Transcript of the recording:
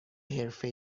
حرفه